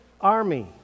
army